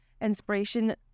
inspiration